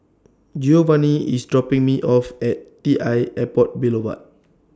Geovanni IS dropping Me off At T L Airport Boulevard